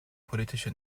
politische